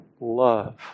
love